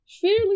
fairly